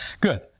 good